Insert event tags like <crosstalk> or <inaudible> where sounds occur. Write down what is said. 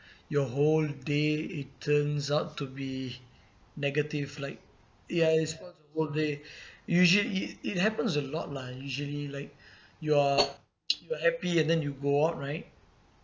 <breath> your whole day it turns out to be negative like yes whole day usual~ it it happens a lot lah usually like <breath> you're <noise> you're happy and then you go out right